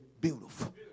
beautiful